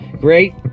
great